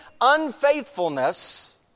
unfaithfulness